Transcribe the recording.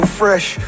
fresh